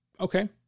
Okay